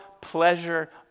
pleasure